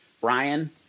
Brian